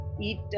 eat